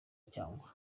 cyangwa